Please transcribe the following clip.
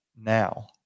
now